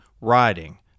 RIDING